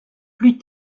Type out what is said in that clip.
plus